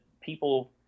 people